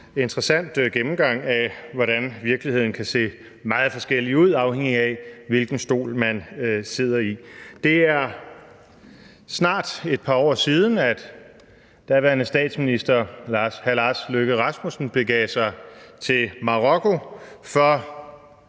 interessant gennemgang af, hvordan virkeligheden kan se meget forskellig ud, afhængigt af hvilken stol man sidder i. Det er snart et par år siden, at daværende statsminister hr. Lars Løkke Rasmussen begav sig til Marokko for,